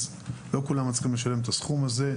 אז לא כולם מצליחים לשלם את הסכום הזה.